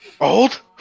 Old